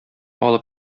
алып